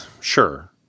sure